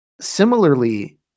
Similarly